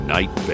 Night